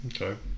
Okay